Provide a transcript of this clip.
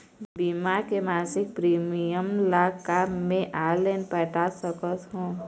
बीमा के मासिक प्रीमियम ला का मैं ऑनलाइन पटाए सकत हो?